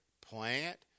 plant